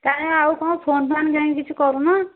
ତାହେଲେ ଆଉ କ'ଣ ଫୋନ୍ଫାନ୍ କାହିଁକି କିଛି କରୁନ